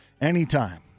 anytime